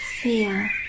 fear